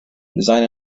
design